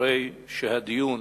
אחרי שהדיון